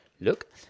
look